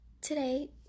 today